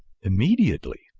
immediately!